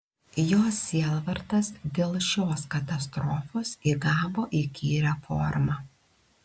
jos sielvartas dėl šios katastrofos įgavo įkyrią formą